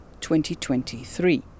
2023